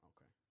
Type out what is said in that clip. Okay